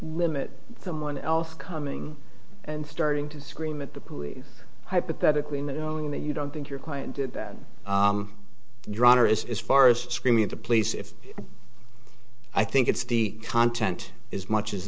limit someone else coming and starting to scream at the police hypothetically knowing that you don't think your client drawn or is far is screaming at the police if i think it's the content is much